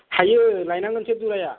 हायो लायनांगोनसो दुराया